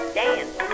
dance